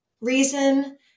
reason